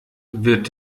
wird